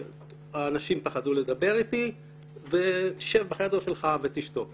אנשים פחדו לדבר אתי ושב בחדר שלך ותשתוק.